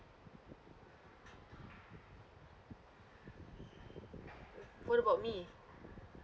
what about me